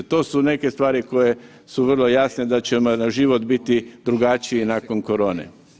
To su neke stvari koje su vrlo jasne da će nam život biti drugačiji nakon korone.